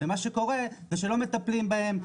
מה שקורה הוא שלא מטפלים בהם.